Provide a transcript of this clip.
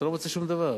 אתה לא מוצא שום דבר,